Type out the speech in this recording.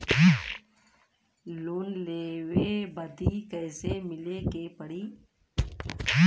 Loan लेवे बदी कैसे मिले के पड़ी?